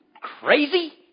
crazy